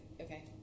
okay